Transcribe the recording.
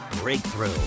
breakthrough